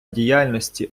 діяльності